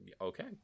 Okay